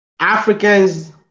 Africans